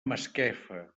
masquefa